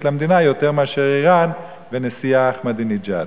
למדינה יותר מאשר אירן ונשיאה אחמדינג'אד.